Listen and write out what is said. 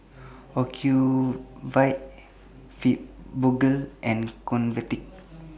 Ocuvite Fibogel and Convatec